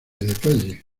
detalle